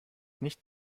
nicht